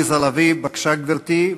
חברת הכנסת עליזה לביא, בבקשה, גברתי.